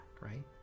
right